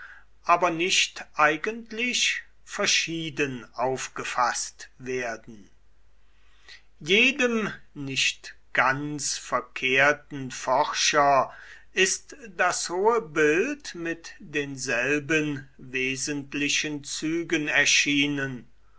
aber nicht eigentlich verschieden aufgefaßt werden jedem nicht ganz verkehrten forscher ist das hohe bild mit denselben wesentlichen zügen erschienen